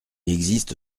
existe